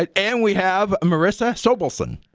but and we have morissa sobelson,